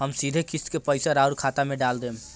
हम सीधे किस्त के पइसा राउर खाता में डाल देम?